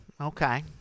Okay